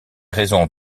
raisons